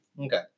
okay